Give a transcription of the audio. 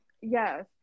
yes